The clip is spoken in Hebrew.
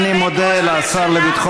אתה מגבה את ראש הממשלה,